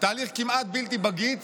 תהליך כמעט בלתי בגיץ,